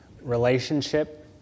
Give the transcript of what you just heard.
relationship